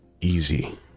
easy